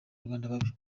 babi